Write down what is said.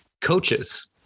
Coaches